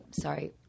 sorry